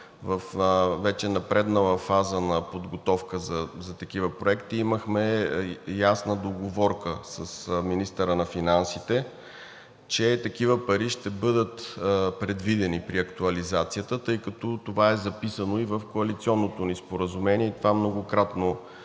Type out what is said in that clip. във вече напреднала фаза на подготовка за такива проекти имахме ясна договорка с министъра на финансите, че такива пари ще бъдат предвидени при актуализацията, тъй като това е записано и в коалиционното ни споразумение и многократно